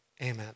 amen